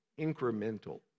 incremental